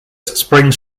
springs